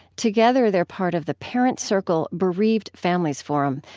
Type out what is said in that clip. together, they're part of the parents circle bereaved families forum,